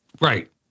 Right